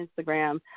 Instagram